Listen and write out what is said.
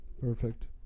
perfect